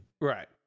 Right